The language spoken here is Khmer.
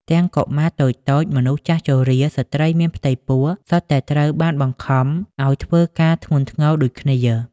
ទាំងកុមារតូចៗ មនុស្សចាស់ជរា ស្ត្រីមានផ្ទៃពោះ សុទ្ធតែត្រូវបានបង្ខំឱ្យធ្វើការធ្ងន់ធ្ងរដូចគ្នា។